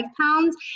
pounds